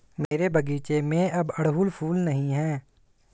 मेरे बगीचे में अब अड़हुल फूल नहीं हैं